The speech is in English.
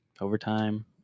overtime